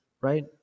right